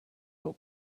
will